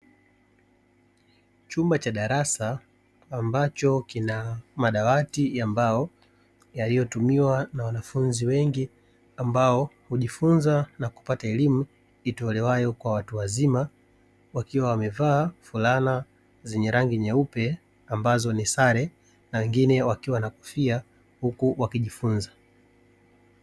Chumba cha darasa ambacho kina madawati ya mbao yaliyotumiwa na wanafunzi wengi ambao hujifunza na kupata elimu itolewayo kwa watu wazima, wakiwa wamevaa fulana zenye rangi nyeupe ambazo ni sare na wengine wakiwa na kofia huku wakijifunza.